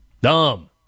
Dumb